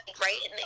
right